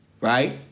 right